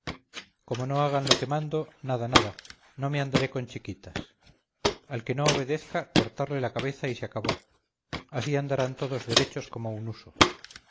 como no hagan lo que mando nada nada no me andaré con chiquitas al que no obedezca cortarle la cabeza y se acabó así andarán todos derechos como un huso